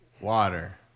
water